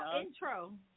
intro